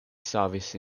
savis